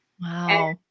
Wow